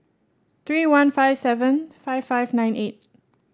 three one five seven five five nine eight